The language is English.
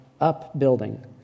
upbuilding